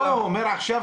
לא, הוא אומר עכשיו